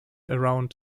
around